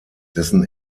dessen